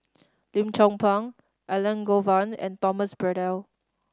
Lim Chong Pang Elangovan and Thomas Braddell